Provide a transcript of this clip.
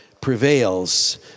prevails